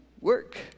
Work